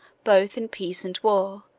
both in peace and war,